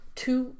two